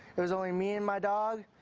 it was only me and my dog,